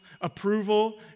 approval